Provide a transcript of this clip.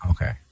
Okay